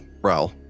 Raul